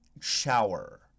shower